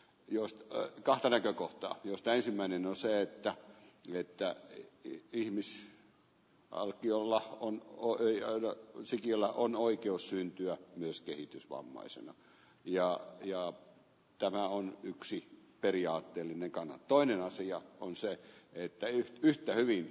jos kahta näkökohta josta ensimmäinen on se että lyhyttä ylimys palkkiolla on nuoria on se jolla on oikeus syntyä myös kehitysvammaisella ja ja lada on yksi periaatteellinenkaan toinen asia on se että yhtä hyvin